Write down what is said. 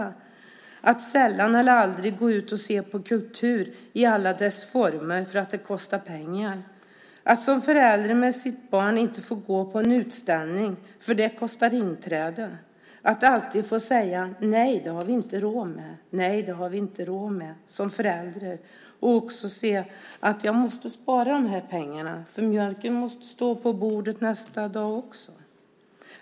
Det handlar om att sällan eller aldrig gå ut och se på kultur i alla dess former för att det kostar pengar, att som förälder med sitt barn inte få gå på en utställning för att det kostar inträde, att alltid få säga "nej, det har vi inte råd med" som förälder och se att man måste spara de pengarna, för mjölken måste stå på bordet nästa dag också.